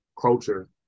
culture